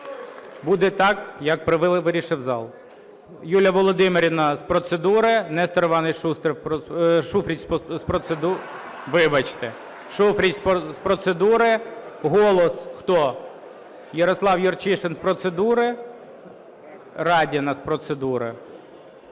Буде так, як вирішив зал. Юлія Володимирівна – з процедури. Нестор Іванович… Вибачте, Шуфрич – з процедури. "Голос", хто? Ярослав Юрчишин – з процедури. Радіна – з процедури.